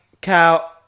cow